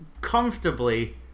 comfortably